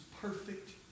perfect